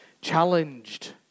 challenged